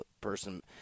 person